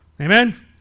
Amen